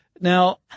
Now